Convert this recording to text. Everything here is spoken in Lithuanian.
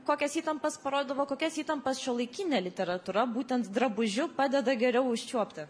kokias įtampas parodo va kokias įtampas šiuolaikinė literatūra būtent drabužiu padeda geriau užčiuopti